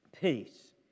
peace